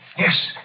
Yes